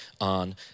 on